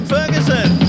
Ferguson